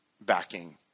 backing